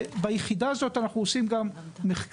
ביחידה הזאת אנחנו עושים גם מחקר